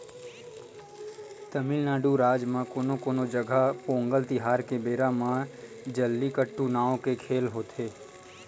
तमिलनाडू राज म कोनो कोनो जघा पोंगल तिहार के बेरा म जल्लीकट्टू नांव के खेल होथे